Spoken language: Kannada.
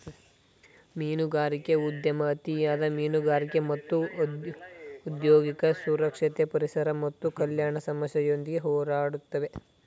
ಮೀನುಗಾರಿಕೆ ಉದ್ಯಮ ಅತಿಯಾದ ಮೀನುಗಾರಿಕೆ ಮತ್ತು ಔದ್ಯೋಗಿಕ ಸುರಕ್ಷತೆ ಪರಿಸರ ಮತ್ತು ಕಲ್ಯಾಣ ಸಮಸ್ಯೆಯೊಂದಿಗೆ ಹೋರಾಡ್ತಿದೆ